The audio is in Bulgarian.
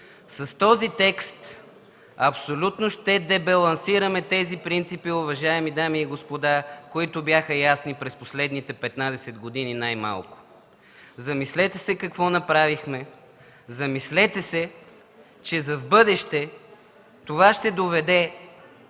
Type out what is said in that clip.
С този текст абсолютно ще дебалансираме тези принципи, уважаеми дами и господа, които бяха ясни през последните 15 години най-малко. Замислете се какво направихме! Замислете се, че в бъдеще това ще доведе